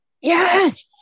Yes